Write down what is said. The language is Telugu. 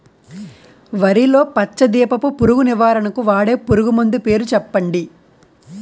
వరిలో పచ్చ దీపపు పురుగు నివారణకు వాడే పురుగుమందు పేరు చెప్పండి?